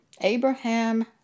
Abraham